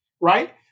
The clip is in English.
right